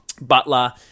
Butler